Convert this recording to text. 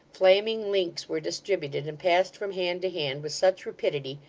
flaming links were distributed and passed from hand to hand with such rapidity,